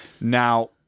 Now